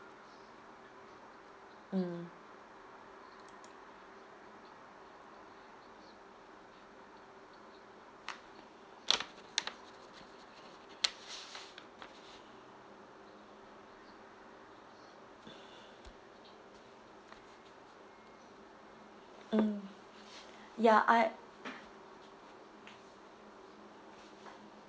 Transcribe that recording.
mm mm ya I